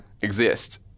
exist